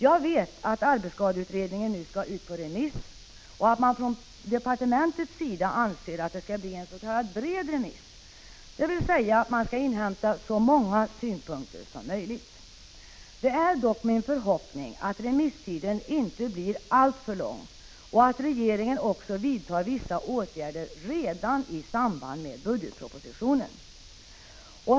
Jag vet att arbetsskadeutredningen skall ut på remiss och att man från departementets sida anser att det skall bli en s.k. bred remiss för inhämtande av så många synpunkter som möjligt. Det är dock min förhoppning, att remisstiden inte får bli alltför lång och att regeringen också vidtar vissa åtgärder redan i samband med budgetpropositionen.